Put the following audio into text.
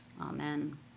Amen